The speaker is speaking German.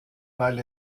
weil